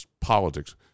politics